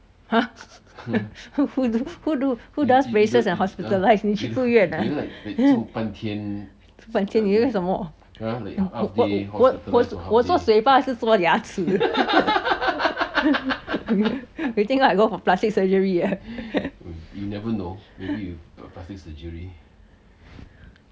!huh! who do who does braces and hospitalise 你去住院啊住半天你以为什么 我我做水坝还是做牙齿 you think I go for musical plastic surgery uh